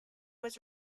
was